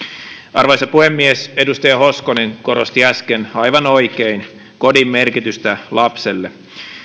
arvoisa puhemies edustaja hoskonen korosti äsken aivan oikein kodin merkitystä lapselle